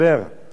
זכות היא לי,